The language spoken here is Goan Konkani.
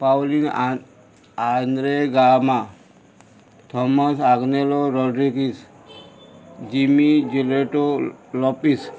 पावलीन आं आंद्रे गा थोमस आग्नेलो रॉड्रिकीस जिमी जुलेटो लॉपीस